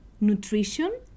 nutrition